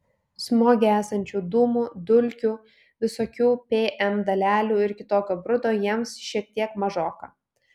smoge esančių dūmų dulkių visokių pm dalelių ir kitokio brudo jiems šiek tiek mažoka